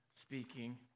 speaking